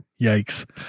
yikes